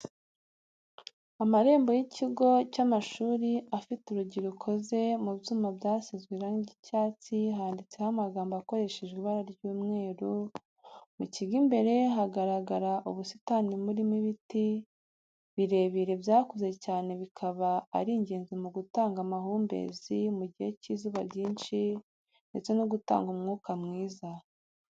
Amarembo y'ikigo cy'amashuri afite urugi rukoze mu byuma byasizwe irangi ry'icyatsi handitseho amagambo akoreshejwe ibara ry'umweru, mu kigo imbere hagaragara ubusitani burimo n'ibiti birebire byakuze cyane bikaba ari ingenzi mu gutanga amahumbezi mu gihe cy'izuba ryinshi ndetse no gutanga umwuka mwiza.